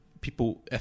People